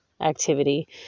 activity